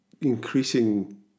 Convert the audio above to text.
increasing